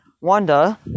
Wanda